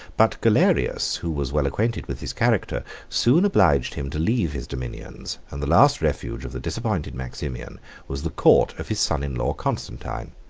but galerius, who was well acquainted with his character, soon obliged him to leave his dominions, and the last refuge of the disappointed maximian was the court of his son-in-law constantine.